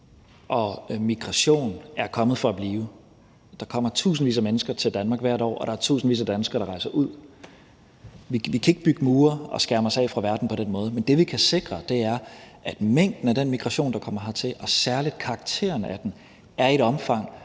og migration er kommet for at blive. Der kommer tusindvis af mennesker til Danmark hvert år, og der er tusindvis af danskere, der rejser ud. Vi kan ikke bygge mure og skærme os mod verden på den måde, men det, vi kan sikre, er, at mængden af den migration, der kommer hertil, og særlig karakteren af den er i et omfang,